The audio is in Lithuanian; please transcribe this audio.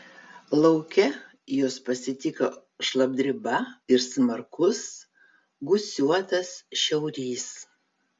lauke juos pasitiko šlapdriba ir smarkus gūsiuotas šiaurys